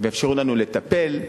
ויאפשרו לנו לטפל,